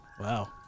wow